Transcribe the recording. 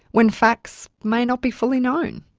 when facts may not be fully known?